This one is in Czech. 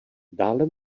dále